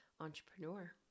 entrepreneur